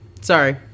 sorry